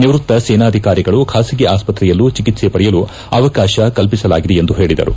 ನಿವೃತ್ತ ಸೇನಾಧಿಕಾರಿಗಳು ಖಾಸಗಿ ಆಸ್ವತ್ರೆಯಲ್ಲೂ ಚಿಕಿತ್ಸೆ ಪಡೆಯಲು ಅವಕಾಶ ಕಲ್ಪಿಸಲಾಗಿದೆ ಎಂದು ಹೇಳಿದರು